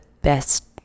best